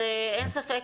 אין ספק,